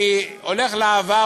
אני הולך לעבר,